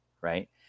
Right